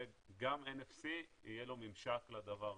וגם ל-NFC יהיה ממשק לדבר הזה.